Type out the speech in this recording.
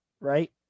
right